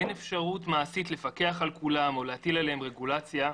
אין אפשרות מעשית לפקח על כולם או להטיל עליהם רגולציה.